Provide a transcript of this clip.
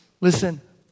listen